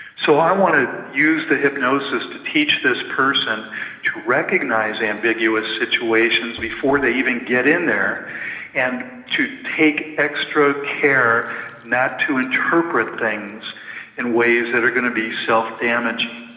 so i want to use the hypnosis to teach this person to recognise ambiguous situations before they even get in there and to take extra care not to interpret things in ways that are going to be self-damaging.